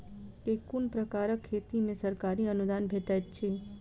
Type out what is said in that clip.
केँ कुन प्रकारक खेती मे सरकारी अनुदान भेटैत अछि?